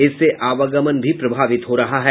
इससे आवागमन भी प्रभावित हो रहा है